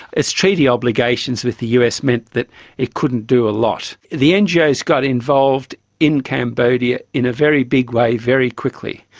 its treaty obligations with the us meant that it couldn't do a lot. the ngos got involved in cambodia in a very big way very quickly,